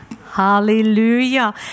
Hallelujah